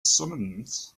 summons